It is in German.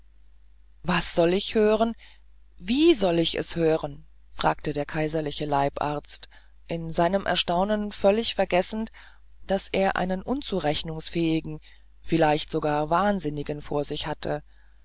was soll ich hören wie soll ich es hören fragte der kaiserliche leibarzt in seinem erstaunen völlig vergessend daß er einen unzurechnungsfähigen vielleicht sogar wahnsinnigen vor sich hatte